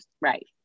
right